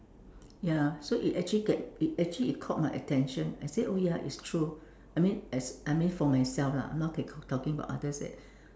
ya so it actually get it actually it caught my attention I said oh ya it's true I mean as I mean for myself lah I'm not talking about others that